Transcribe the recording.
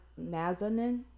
Nazanin